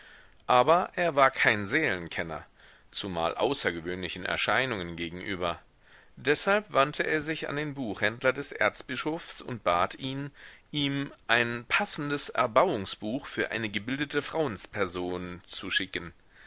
aber er war kein seelenkenner zumal außergewöhnlichen erscheinungen gegenüber deshalb wandte er sich an den buchhändler des erzbischofs und bat ihn ihm ein passendes erbauungsbuch für eine gebildete frauensperson zu schicken